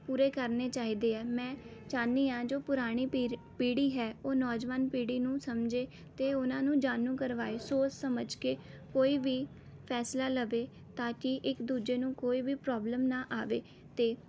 ਪੂਰੇ ਕਰਨੇ ਚਾਹੀਦੇ ਹੈ ਮੈਂ ਚਾਹੁੰਦੀ ਹਾਂ ਜੋ ਪੁਰਾਣੀ ਪੀਰ ਪੀੜ੍ਹੀ ਹੈ ਉਹ ਨੌਜਵਾਨ ਪੀੜ੍ਹੀ ਨੂੰ ਸਮਝੇ ਅਤੇ ਉਹਨਾਂ ਨੂੰ ਜਾਣੂ ਕਰਵਾਏ ਸੋਚ ਸਮਝ ਕੇ ਕੋਈ ਵੀ ਫੈਸਲਾ ਲਵੇ ਤਾਂ ਕਿ ਇੱਕ ਦੂਜੇ ਨੂੰ ਕੋਈ ਵੀ ਪ੍ਰੋਬਲਮ ਨਾ ਆਵੇ ਅਤੇ